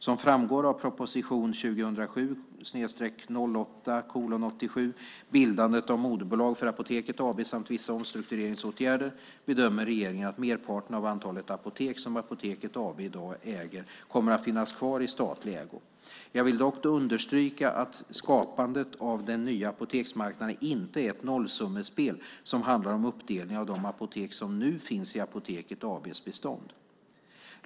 Som framgår av proposition 2007/08:87 Bildande av moderbolag för Apoteket AB samt vissa omstruktureringsåtgärder bedömer regeringen att merparten av antalet apotek som Apoteket AB i dag äger kommer att finnas kvar i statlig ägo. Jag vill dock understryka att skapandet av den nya apoteksmarknaden inte är ett nollsummespel som handlar om uppdelning av de apotek som nu finns i Apoteket AB:s bestånd.